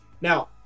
now